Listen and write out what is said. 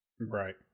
Right